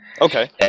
Okay